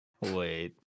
Wait